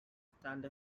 stand